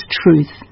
truth